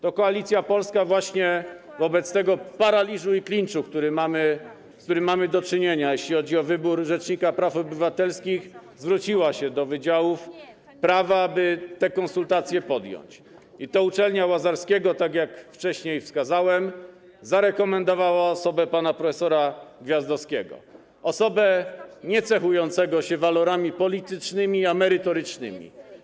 To Koalicja Polska właśnie, wobec tego paraliżu i klinczu, z którymi mamy do czynienia, jeśli chodzi o wybór rzecznika praw obywatelskich, zwróciła się do wydziałów prawa, aby te konsultacje podjąć, i to Uczelnia Łazarskiego, tak jak wcześniej wskazałem, zarekomendowała osobę pana prof. Gwiazdowskiego - osobę cechującą się nie walorami politycznymi, a merytorycznymi.